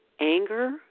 anger